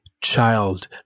child